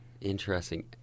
interesting